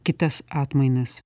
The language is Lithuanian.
kitas atmainas